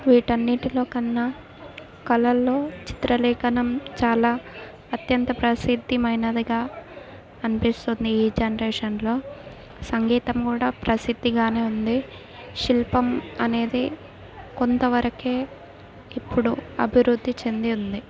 వీటి అన్నింటి కన్నా కళల్లో చిత్రలేఖనం చాలా అత్యంత ప్రసిద్ధిమైనదిగా అనిపిస్తుంది ఈ జనరేషన్లో సంగీతం కూడా ప్రసిద్ధిగా ఉంది శిల్పం అనేది కొంతవరకు ఇప్పుడు అభివృద్ధి చెందింది